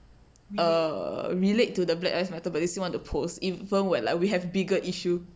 err relate to the black lives matter but they still want to post even when like we have bigger issue